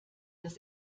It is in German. das